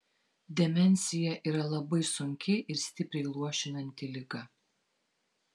demencija yra labai sunki ir stipriai luošinanti liga